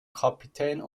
kapitän